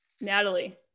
Natalie